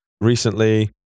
recently